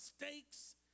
mistakes